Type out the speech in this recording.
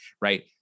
right